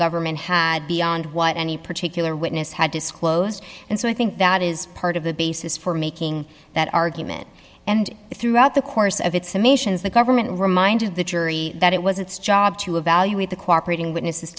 government had beyond what any particular witness had disclosed and so i think that is part of the basis for making that argument and throughout the course of its summations the government reminded the jury that it was its job to evaluate the cooperating witnesses